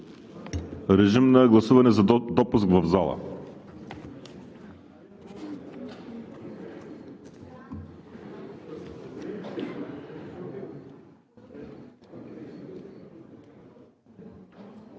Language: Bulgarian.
Режим на гласуване на допуск в залата.